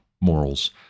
morals